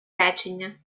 речення